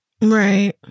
Right